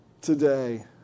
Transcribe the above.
today